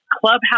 Clubhouse